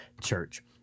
church